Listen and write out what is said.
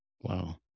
Wow